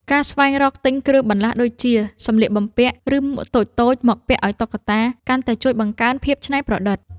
ការស្វែងរកទិញគ្រឿងបន្លាស់ដូចជា សម្លៀកបំពាក់ ឬមួកតូចៗមកពាក់ឱ្យតុក្កតា កាន់តែជួយបង្កើនភាពច្នៃប្រឌិត។